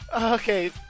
Okay